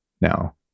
now